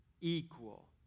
equal